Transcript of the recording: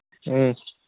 ꯎꯝ